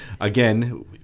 again